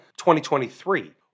2023